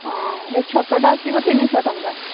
ହଁ ଏ ଛୋଟଟା ଆସିବ ତିନିଶହ ଟଙ୍କା ପଇସା